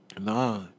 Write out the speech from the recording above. Nah